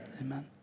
amen